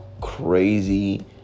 crazy